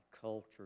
culture